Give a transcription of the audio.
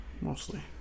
mostly